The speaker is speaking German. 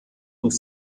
und